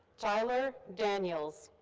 tyler daniels.